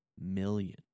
million